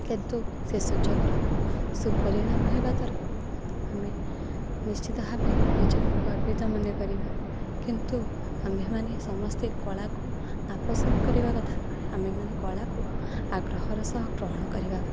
କିନ୍ତୁ ସେ ସୁଯୋଗର ସୁପରିଣାମ ହେବା ଦ୍ୱାରା ଆମେ ନିଶ୍ଚିତ ଭାବେ ନିଜକୁ ଗର୍ବିତ ମନେକରିବା କିନ୍ତୁ ଆମ୍ଭେମାନେ ସମସ୍ତେ କଳାକୁ ନାପସନ୍ଦ କରିବା କଥା ନୁହେଁ ଆମେମାନେ କଳାକୁ ଆଗ୍ରହର ସହ ଗ୍ରହଣ କରିବା କଥା